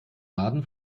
baden